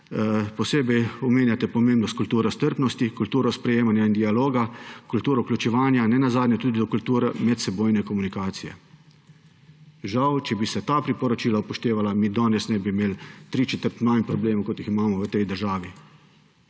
posebej omenjate pomembnost kulture strpnosti, kulture sprejemanja in dialoga, kulture vključevanja in ne nazadnje tudi kulture medsebojne komunikacije. Če bi se ta priporočila upoštevala, bi mi danes imeli tri četrt manj problemov, kot jih imamo v tej državi.